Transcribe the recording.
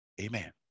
Amen